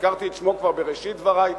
הזכרתי את שמו כבר בראשית דברי,